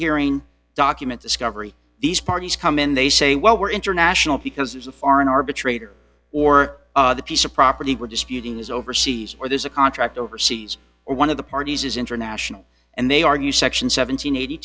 hearing document discovery these parties come in they say well we're international because there's a foreign arbitrator or a piece of property were disputing is overseas or there's a contract overseas or one of the parties is international and they argue section seven